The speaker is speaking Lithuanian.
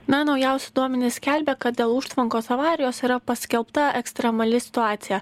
na naujausi duomenys skelbia kad dėl užtvankos avarijos yra paskelbta ekstremali situacija